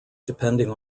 depending